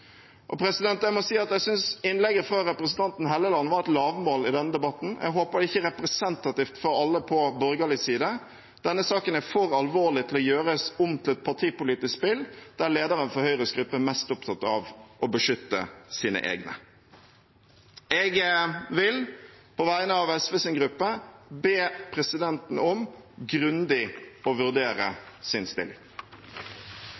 Jeg må si at jeg synes at innlegget fra representanten Helleland var et lavmål i denne debatten. Jeg håper det ikke er representativt for alle på borgerlig side. Denne saken er for alvorlig til å gjøres om til et partipolitisk spill der lederen for Høyres gruppe er mest opptatt av å beskytte sine egne. Jeg vil på vegne av SVs gruppe be presidenten om grundig å vurdere